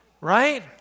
Right